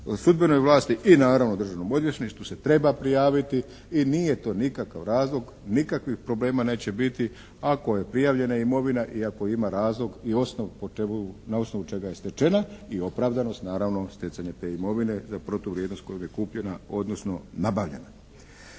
sudbenoj vlasti i naravno državnom odvjetništvu se treba prijaviti i nije to nikakav razlog, nikakvih problema neće biti ako je prijavljena imovina i ako ima razlog i osnov, na osnovu čega je stečena i opravdanost naravno stjecanja te imovine za protuvrijednost kojom je kupljena odnosno nabavljena.